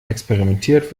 experimentiert